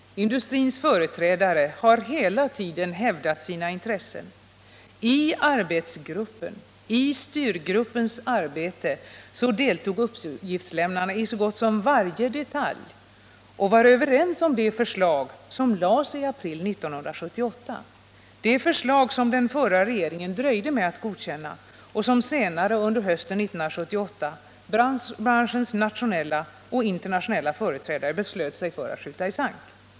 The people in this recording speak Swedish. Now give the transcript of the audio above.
Industrins företrädare har hela tiden hävdat sina intressen i arbetsgruppen, och i styrgruppens arbete deltog ju uppgiftslämnarna i så gott som varje detalj och var överens om det förslag som lades fram i april 1978, det förslag som den förra regeringen dröjde med att godkänna och som senare under hösten 1978 branschens nationella och internationella företrädare beslöt sig för att skjuta i sank.